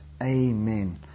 Amen